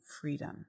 freedom